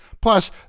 Plus